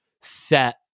set